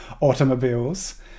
automobiles